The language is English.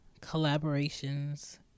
collaborations